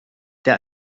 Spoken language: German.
der